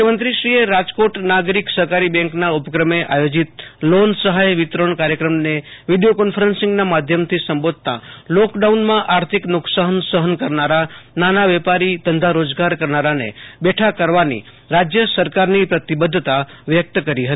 મુખ્યમંત્રી રાજકોટ નાગરિક સહકારી બેન્કના ઉપક્રમે આયોજીત લોન સહાય વિતરણ કાર્યક્રમને વીડિયો કોન્ફરન્સિગન માધ્યમથી સંબોંધતા લોકડાઉનમાં આર્થિક નુકસાન સહન કરનારા નાના વેપારી ધંધા રોજગાર કરનારને બેઠા કરવાની રાજય સરકારની પ્રતિબદ્ધતા વ્યક્ત કરી હતી